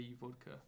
Vodka